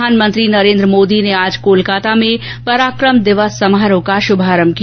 प्रधानमंत्री नरेन्द्र मोदी ने आज कोलकाता में पराक्रम दिवस समारोह का शुभारम्भ किया